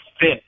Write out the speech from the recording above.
fit